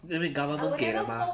因为 government 给的 mah